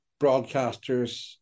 broadcasters